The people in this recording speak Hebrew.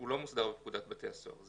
לא מוסדר בפקודת בתי הסוהר.